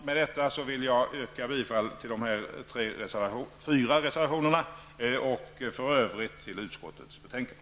Med detta vill jag yrka bifall till de här fyra reservationerna och i övrigt till hemställan i utskottets betänkande.